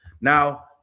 Now